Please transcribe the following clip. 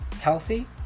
healthy